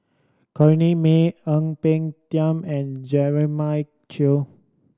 Corrinne May Ang Peng Tiam and Jeremiah Choy